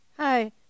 Hi